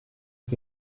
che